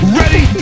ready